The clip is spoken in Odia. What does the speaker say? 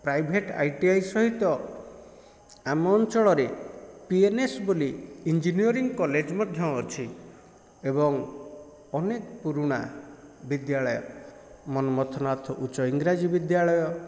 ପ୍ରାଇଭେଟ୍ ଆଇ ଟି ଆଇ ସହିତ ଆମ ଅଞ୍ଚଳରେ ପି ଏନ ଏସ ବୋଲି ଇଂଜିନିରିଂ କଲେଜ୍ ମଧ୍ୟ ଅଛି ଏବଂ ଅନେକ ପୁରୁଣା ବିଦ୍ୟାଳୟ ମନ୍ମତନାଥ ଉଚ୍ଚ ଇଂରାଜୀ ବିଦ୍ୟାଳୟ